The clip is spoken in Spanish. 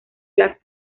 las